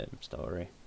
story